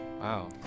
Wow